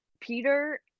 peter